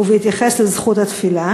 ובהתייחס לזכות התפילה?